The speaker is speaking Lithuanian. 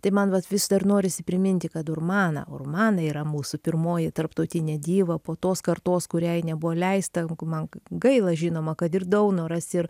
tai man vat vis dar norisi priminti kad urmana urmana yra mūsų pirmoji tarptautinė diva po tos kartos kuriai nebuvo leista anku man k gaila žinoma kad ir daunoras ir